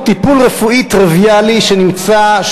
מפגינים עבור טיפול רפואי טריוויאלי שנמצא,